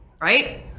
Right